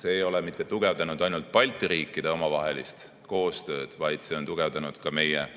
see ei ole mitte tugevdanud ainult Balti riikide omavahelist koostööd, vaid see on tugevdanud ka väga